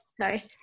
sorry